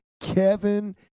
Kevin